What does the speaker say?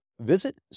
Visit